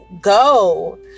go